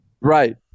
Right